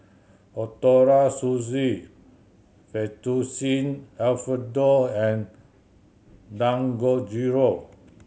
Ootoro Sushi Fettuccine Alfredo and Dangojiru